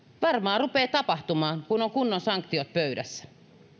varmaan rupeaa tapahtumaan kun on kunnon sanktiot pöydässä